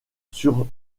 sur